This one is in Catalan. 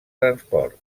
transport